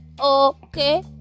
Okay